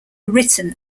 written